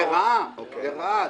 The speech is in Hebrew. לרעה, לרעה.